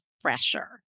fresher